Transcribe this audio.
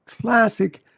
classic